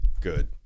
Good